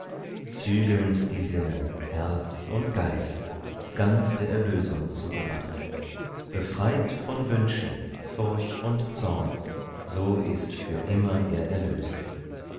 zügelnd die sinne herz und geist ganz der erlösung zugewandt befreit von wünschen furcht und zorn so ist für immer er erlöst